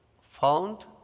found